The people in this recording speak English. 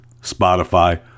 Spotify